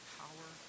power